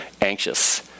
anxious